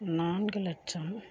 நான்கு லட்சம்